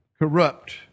Corrupt